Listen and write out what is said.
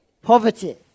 Poverty